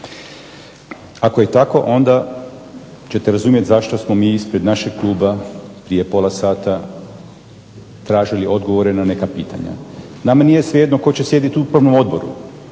Ako je tako onda ćete razumjeti zašto smo mi ispred našeg Kluba prije pola sata tražili odgovore na neka pitanja. Nama nije svejedno tko će sjediti u upravnom odboru